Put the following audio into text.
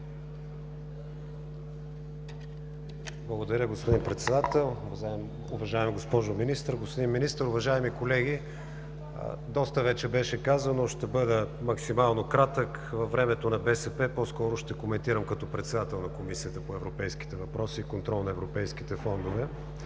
Благодаря, господин Председател. Уважаема госпожо Министър, господин Министър, уважаеми колеги! Вече доста беше казано, ще бъда максимално кратък във времето на БСП, по-скоро ще коментирам като председател на Комисията по европейските въпроси и контрол на европейските фондове.